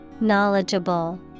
Knowledgeable